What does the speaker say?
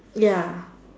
ya